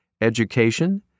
education